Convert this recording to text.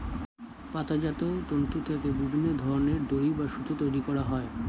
পাতাজাত তন্তু থেকে বিভিন্ন ধরনের দড়ি বা সুতো তৈরি করা হয়